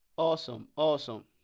awesome awesome